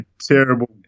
terrible